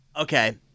okay